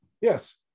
Yes